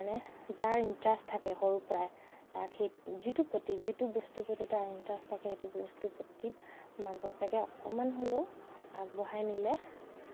যাৰ ইণ্টাৰেষ্ট থাকে সৰুৰ পৰা তাক সেই যিটোৰ প্ৰতি যিটো বস্তুৰ প্ৰতি তাৰ ইণ্টাৰেষ্ট থাকে সেইটো বস্তুৰ প্ৰতি মাক বাপেকে অকণমান হ'লেও আগবঢ়াই নিলে